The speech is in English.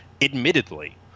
admittedly